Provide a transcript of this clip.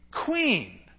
queen